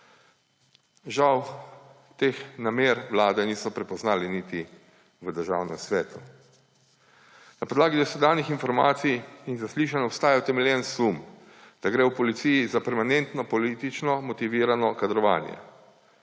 Žal teh namer vlade niso prepoznali niti v Državnem svetu. Na podlagi dosedanjih informacij in zaslišanj obstaja utemeljen sum, da gre v policiji za permanentno politično motivirano kadrovanje,